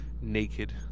naked